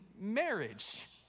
marriage